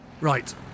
Right